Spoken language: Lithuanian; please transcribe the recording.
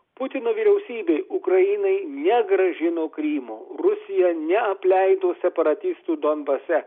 putino vyriausybė ukrainai negrąžino krymo rusija neapleido separatistų donbase